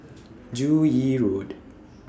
Joo Yee Road